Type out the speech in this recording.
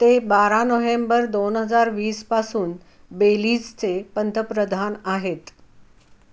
ते बारा नोव्हेंबर दोन हजार वीसपासून बेलीजचे पंतप्रधान आहेत